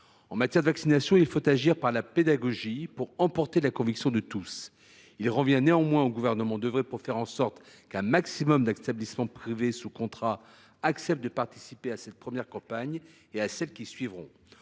en matière de vaccination, il faut agir par la pédagogie pour emporter la conviction de tous. Il revient néanmoins au Gouvernement d’œuvrer pour faire en sorte qu’un maximum d’établissements privés sous contrat acceptent de participer à cette première campagne et à celles qui suivront.